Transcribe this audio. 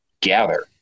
gather